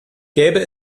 gäbe